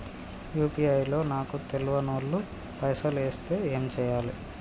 UPI లో నాకు తెల్వనోళ్లు పైసల్ ఎస్తే ఏం చేయాలి?